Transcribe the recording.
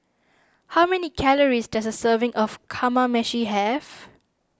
how many calories does a serving of Kamameshi have